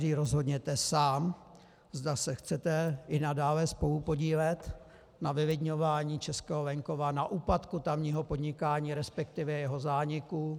Takže se každý rozhodněte sám, zda se chcete i nadále spolupodílet na vylidňování českého venkova, na úpadku tamního podnikání, resp. jeho zániku.